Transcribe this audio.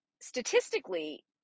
statistically